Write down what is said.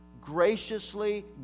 graciously